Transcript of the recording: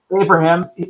Abraham